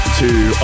two